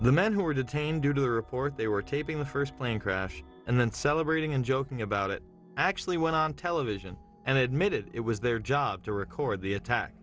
the men who were detained due to the report they were taping the first plane crash and then celebrating and joking about it actually went on television and admitted it was their job to record the attack